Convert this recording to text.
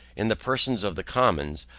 in the persons of the commons,